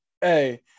Hey